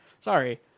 Sorry